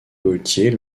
gaultier